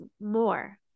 more